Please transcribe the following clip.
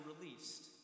released